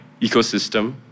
ecosystem